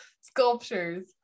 sculptures